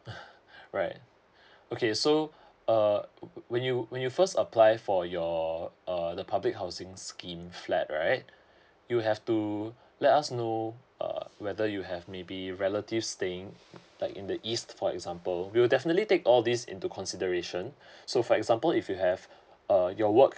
right okay so uh when you when you first apply for your uh the public housing scheme flat right you have to let us know uh whether you have may be relative staying like in the east for example we will definitely take all these into consideration so for example if you have uh your work